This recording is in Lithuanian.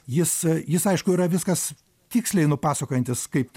jis jis aišku yra viskas tiksliai nupasakojantis kaip